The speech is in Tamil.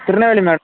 திருநெல்வேலி மேடம்